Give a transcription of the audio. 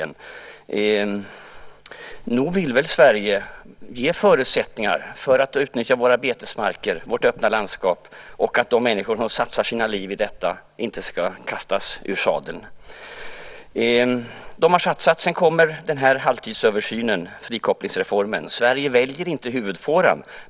Nog vill väl Sverige ge förutsättningar för att vi ska kunna utnyttja våra betesmarker, ha våra öppna landskap och att de människor som satsar sina liv i detta inte ska kastas ur sadeln? De har satsat. Sedan kommer halvtidsöversynen, frikopplingsreformen. Sverige väljer inte huvudfåran.